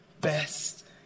best